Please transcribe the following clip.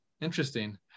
interesting